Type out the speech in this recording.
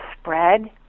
spread